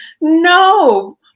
no